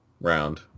round